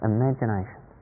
imagination